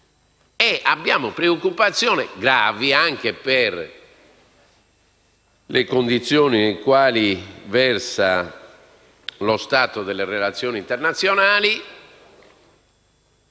abbiamo anche preoccupazioni gravi per le condizioni in cui versa lo stato delle relazioni internazionali,